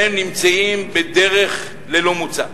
הם נמצאים בדרך ללא מוצא.